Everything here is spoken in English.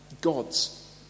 gods